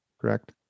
correct